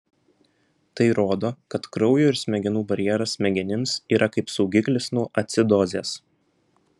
tai rodo kad kraujo ir smegenų barjeras smegenims yra kaip saugiklis nuo acidozės